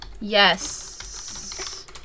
Yes